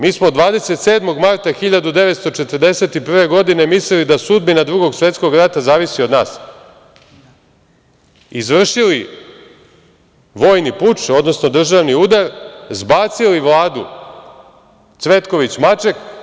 Mi smo 27. marta 1941. godine mislili da sudbina Drugog svetskog rata zavisi od nas, izvršili vojni puč, odnosno državni udar, zbacili vladu Cvetković-Maček.